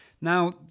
Now